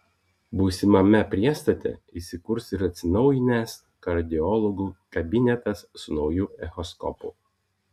būsimame priestate įsikurs ir atsinaujinęs kardiologų kabinetas su nauju echoskopu